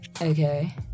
Okay